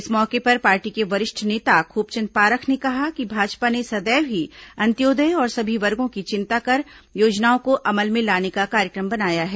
इस मौके पर पार्टी के वरिष्ठ नेता खूबचंद पारख ने कहा कि भाजपा ने सदैव ही अंत्योदय और सभी वर्गों की चिंता कर योजनाओं को अमल में लाने का कार्यक्रम बनाया है